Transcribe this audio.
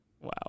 Wow